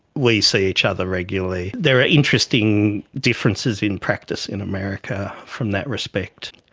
we see each other regularly. there are interesting differences in practice in america from that respect,